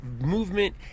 movement